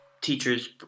teachers